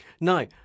Now